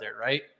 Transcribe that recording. right